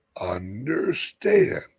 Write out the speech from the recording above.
Understand